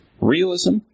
realism